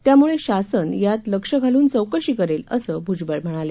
त्यामुळे शासन यात लक्ष घालून चौकशी करेल असं भुजबळ म्हणाले